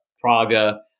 Praga